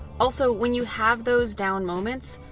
also, when you have those down moments,